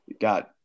got